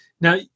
Now